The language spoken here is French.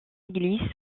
églises